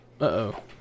Uh-oh